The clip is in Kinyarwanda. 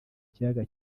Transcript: kiyaga